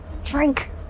Frank